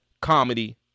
comedy